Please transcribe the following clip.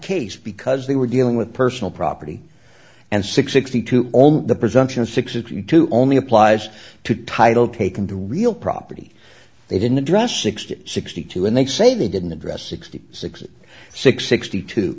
case because they were dealing with personal property and six sixty two only the presumption six is going to only applies to title taken to real property they didn't address sixty sixty two and they say they didn't address sixty six six sixty two